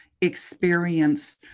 experience